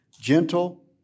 gentle